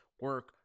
Work